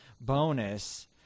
bonus